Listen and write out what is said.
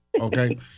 okay